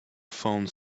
found